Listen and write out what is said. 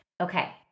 Okay